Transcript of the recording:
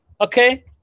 Okay